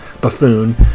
buffoon